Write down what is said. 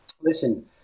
Listen